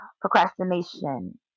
procrastination